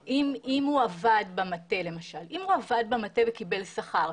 אם הוא עבד למשל במטה וקיבל שכר,